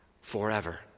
forever